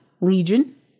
Legion